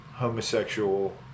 homosexual